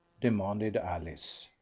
demanded alice.